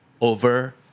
over